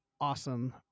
awesome